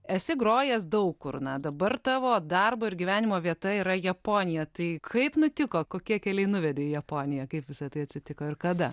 esi grojęs daug kur na dabar tavo darbo ir gyvenimo vieta yra japonija tai kaip nutiko kokie keliai nuvedė į japoniją kaip visa tai atsitiko ir kada